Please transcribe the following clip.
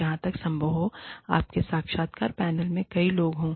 जहाँ तक संभव हो आपके साक्षात्कार पैनल में कई लोग हों